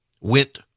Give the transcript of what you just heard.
went